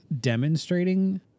demonstrating